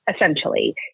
essentially